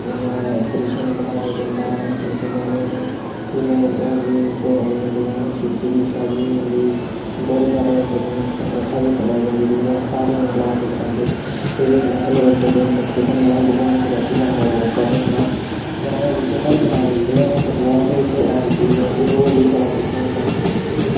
इ'यां कृष्ण बनाया जंदा निक्के निक्के ञ्यानें गी फिर होर बी भगवान शिव जी दी शादी होंदी बड़े सारे इंट्रटेनमैंट कथा बी सनाई जंदी जेह्दा सारे जने लाभ उठांदे एह्दे कन्नै सानूं इंट्रटेनमैंट दे कन्नै भगवान दे बारे च बी जानने दा मौका थ्होंदा ऐ ग्राएं बिच्च हर ग्रांऽ बिच्च सतवाह् ते इक आम चीज़ ऐ फिर होर बी बड़ा किश होंदा